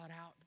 out